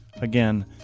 Again